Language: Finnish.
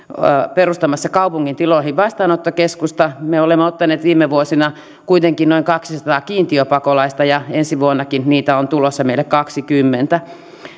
perustamassa kaupungin tiloihin vastaanottokeskusta me olemme ottaneet viime vuosina kuitenkin noin kaksisataa kiintiöpakolaista ja ensi vuonnakin niitä on tulossa meille kaksikymmentä